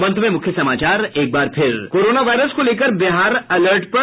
और अब अंत में मुख्य समाचार कोरोना वायरस को लेकर बिहार अलर्ट पर